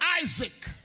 Isaac